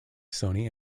sony